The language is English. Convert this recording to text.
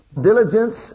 diligence